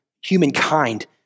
humankind